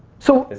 so,